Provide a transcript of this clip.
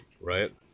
Right